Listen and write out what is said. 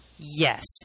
Yes